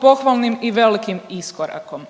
pohvalnim i velikim iskorakom.